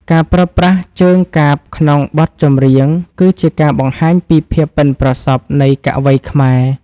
ការប្រើប្រាស់ជើងកាព្យក្នុងបទចម្រៀង គឺជាការបង្ហាញពីភាពប៉ិនប្រសប់នៃកវីខ្មែរ។